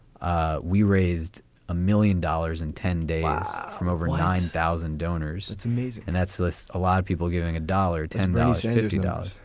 ah we raised a million dollars in ten days yeah from over nine thousand donors to me. and that's just a lot of people giving a dollar. ten thousand fifty dollars.